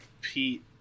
Pete